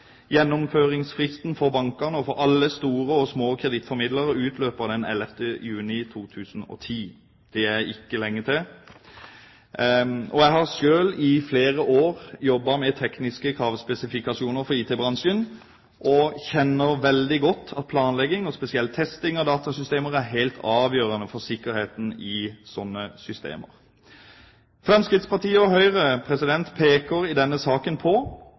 Gjennomføringsfristen for bankene og for alle store og små kredittformidlere utløper den 11. juni 2010. Det er ikke lenge til. Jeg har selv i flere år jobbet med tekniske kravspesifikasjoner for IT-bransjen, og vet veldig godt at planlegging og spesielt testing av datasystemer er helt avgjørende for sikkerheten i slike systemer. Fremskrittspartiet og Høyre peker i denne saken på